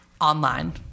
online